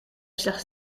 slechts